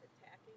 attacking